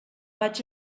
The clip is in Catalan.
vaig